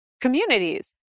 communities